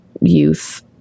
youth